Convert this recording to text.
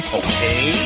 okay